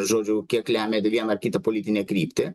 žodžiu kiek lemia vieną kitą politinę kryptį